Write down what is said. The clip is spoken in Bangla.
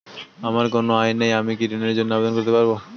আমার কোনো আয় নেই আমি কি ঋণের জন্য আবেদন করতে পারব?